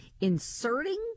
inserting